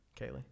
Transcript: Kaylee